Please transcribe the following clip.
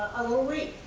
a little weak.